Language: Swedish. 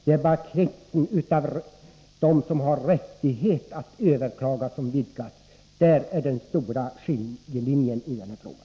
Det är bara kretsen av personer som har rätt att överklaga som vidgas. Det är där den stora skiljelinjen finns i den här frågan.